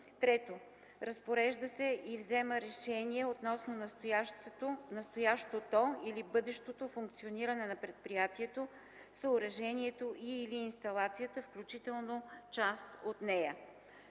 3. разпорежда се и взема решения относно настоящото или бъдещото функциониране на предприятието, съоръжението и/или инсталацията, включително част от нея.”;